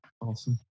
Awesome